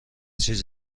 چیز